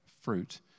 fruit